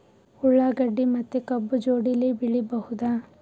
ಉಳ್ಳಾಗಡ್ಡಿ ಮತ್ತೆ ಕಬ್ಬು ಜೋಡಿಲೆ ಬೆಳಿ ಬಹುದಾ?